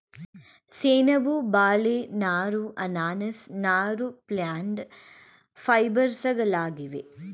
ಸೆಣಬು, ಬಾಳೆ ನಾರು, ಅನಾನಸ್ ನಾರು ಪ್ಲ್ಯಾಂಟ್ ಫೈಬರ್ಸ್ಗಳಾಗಿವೆ